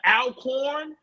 Alcorn